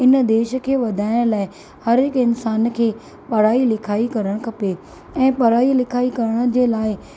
इन देश खे वधाइण लाइ हर हिकु इंसान खे पढ़ाई लिखाई करणु खपे ऐं पढ़ाई लिखाई करण जे लाइ